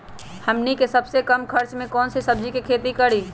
हमनी के सबसे कम खर्च में कौन से सब्जी के खेती करी?